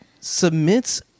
submits